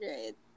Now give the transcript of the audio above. Right